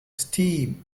steam